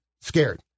scared